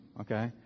okay